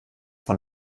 von